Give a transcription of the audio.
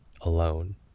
alone